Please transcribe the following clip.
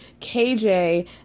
KJ